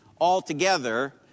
altogether